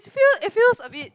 it feels it feels a bit